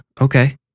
okay